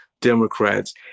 Democrats